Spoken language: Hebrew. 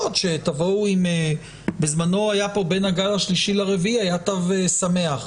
בין הגל השלישי לרביעי היה תו שמח.